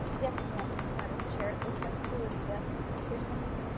yes, ma'am madam chair, this has to do with desk partitions.